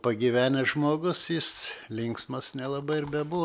pagyvenęs žmogus jis linksmas nelabai ir bebūna